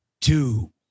two